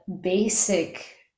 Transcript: basic